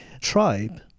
tribe